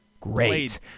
Great